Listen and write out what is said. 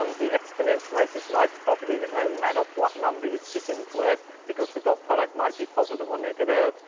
um the exponential has this nice property that no matter what number you stick into it, because the dot product might be positive or negative,